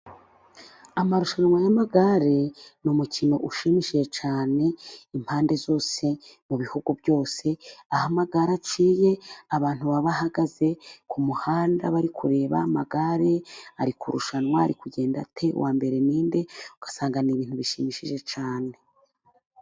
Amarushanwa y'amagare ni umukino ushimishije cyane, impande zose, mu bihugu byose, aho amagare aciye, abantu baba bahagaze ku kumuhanda, bari kureba amagare ari kurushanwa, ari kugenda ate? Uwa mbere ni nde? Ugasanga ni ibintu bishimishije cyane.